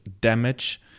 damage